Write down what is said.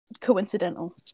coincidental